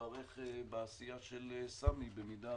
שנתברך בעשייה של סמי במידה